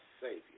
Savior